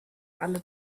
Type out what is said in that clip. alle